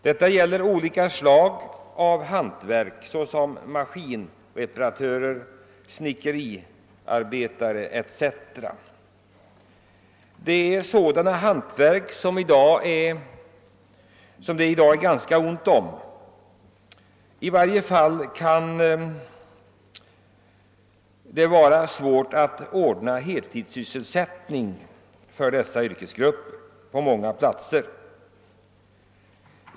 Det gäller olika slags hantverkare, såsom maskinreparatörer och snickeriarbetare, som det i dag är ganska ont om — i varje fall kan det vara svårt att ordna heltidssysselsättning för dessa yrkesgrupper på många platser.